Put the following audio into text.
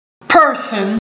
person